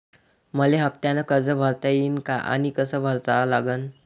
मले हफ्त्यानं कर्ज भरता येईन का आनी कस भरा लागन?